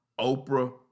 Oprah